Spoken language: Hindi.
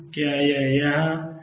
क्या यह यहां है